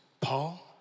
Paul